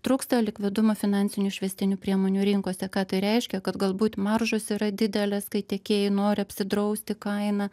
trūksta likvidumo finansinių išvestinių priemonių rinkose ką tai reiškia kad galbūt maržos yra didelės kai tiekėjai nori apsidrausti kainą